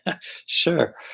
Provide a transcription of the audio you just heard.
Sure